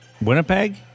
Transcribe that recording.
winnipeg